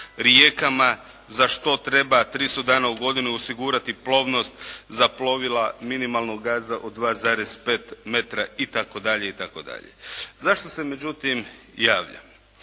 rijekama za što treba 300 dana u godini osigurati plovnost za plovila minimalnog gaza od 2,5 metra itd. itd. Zašto se međutim javljam?